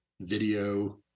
video